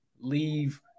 leave –